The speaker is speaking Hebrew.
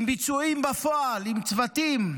עם ביצועים בפועל, עם צוותים,